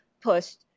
pushed